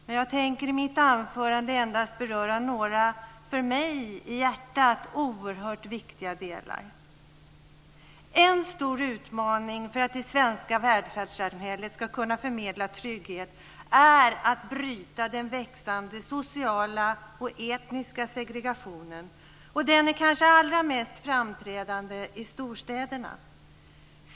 Men jag tänker i mitt anförande endast beröra några för mig i hjärtat oerhört viktiga delar. En stor utmaning för att det svenska välfärdssamhället ska kunna förmedla trygghet är att bryta den växande sociala och etniska segregationen. Den är kanske allra mest framträdande i storstäderna.